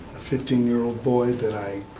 a fifteen year old boy that i